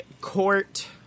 court